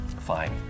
Fine